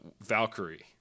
Valkyrie